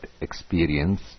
experience